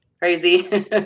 crazy